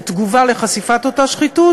כתגובה על חשיפת אותה שחיתות,